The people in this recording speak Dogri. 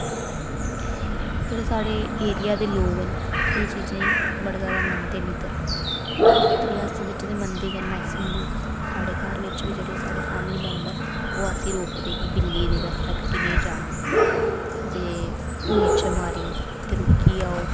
जेह्ड़े साढ़े एरिया दे लोग न एह् चीजें ई बड़ा जादा मनदे न इद्धर रियासी बिच ते मनदे गै न मनुक्ख साढ़े घर बिच बी जेह्ड़े साढ़े फैमिली मैम्बर ओह् असेंई रोकदे कि बिल्ली जेह्ड़ी रस्ता कट्टी नेईं जाना दे निच्छ मारी ते रुकी जाना